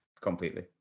completely